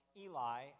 Eli